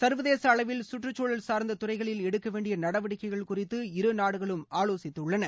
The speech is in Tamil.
சர்வதேச அளவில் சுற்றுச்சூழல் சார்ந்த துறைகளில் எடுக்க வேண்டிய நடவடிக்கைகள் குறித்து இருநாடுகளும் ஆலோசித்துள்ளன